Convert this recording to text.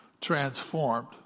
transformed